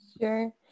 Sure